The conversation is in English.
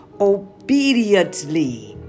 obediently